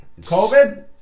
COVID